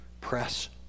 press